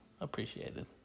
appreciated